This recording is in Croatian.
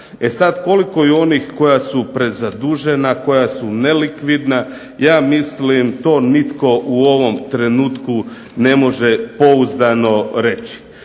E sad, koliko je onih koja su prezadužena, koja su nelikvidna? Ja mislim to nitko u ovom trenutku ne može pouzdano reći.